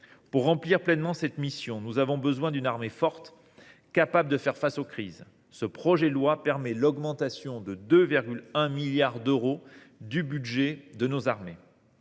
Pour remplir pleinement cette mission, nous avons besoin d’une armée forte, capable de faire face aux crises. Ce projet de loi permet l’augmentation de 2,1 milliards d’euros du budget de nos armées.